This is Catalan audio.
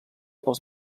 pels